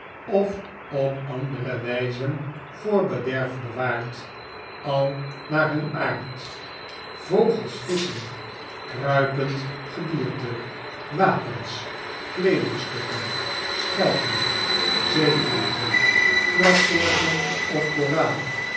of op andere wfjze voor bederf bewaard al naar hun aard vogels visschen kruipend gedierte wapens kleedingstukken schelpen zeeplanten grassoorten of koraal